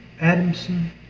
Adamson